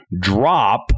drop